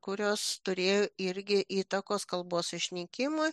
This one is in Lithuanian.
kurios turėjo irgi įtakos kalbos išnykimui